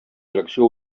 direcció